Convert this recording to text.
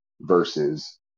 versus